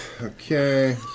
okay